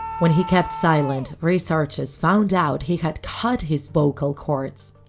when he kept silent, researchers found out he had cut his vocal cords.